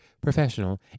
professional